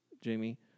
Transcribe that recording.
Jamie